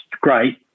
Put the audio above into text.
great